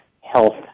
health